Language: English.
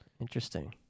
Interesting